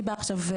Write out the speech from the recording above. אני באה עכשיו,